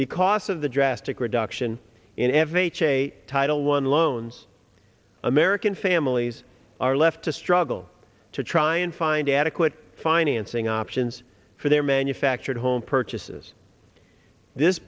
because of the drastic reduction in f h a title one loans american families are left to struggle to try and find adequate financing options for their manufactured home purchases this